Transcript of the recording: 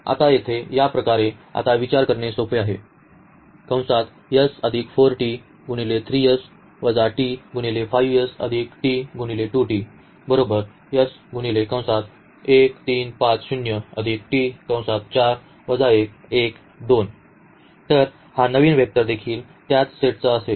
तर आता येथे या प्रकारे आता विचार करणे सोपे आहे t तर हा नवीन वेक्टर देखील त्याच सेटचा असेल